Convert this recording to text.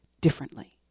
differently